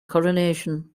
coronation